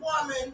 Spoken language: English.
woman